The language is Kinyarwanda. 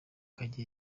karega